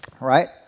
right